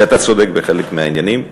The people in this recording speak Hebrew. ואתה צודק בחלק מהעניינים,